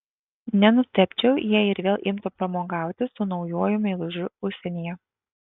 nenustebčiau jei ir vėl imtų pramogauti su naujuoju meilužiu užsienyje